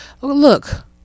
Look